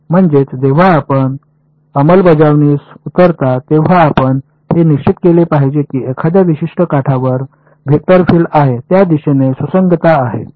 म्हणूनच जेव्हा आपण अंमलबजावणीस उतरता तेव्हा आपण हे निश्चित केले पाहिजे की एखाद्या विशिष्ट काठावर वेक्टर फील्ड आहे त्या दिशेने सुसंगतता आहे